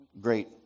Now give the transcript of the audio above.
Great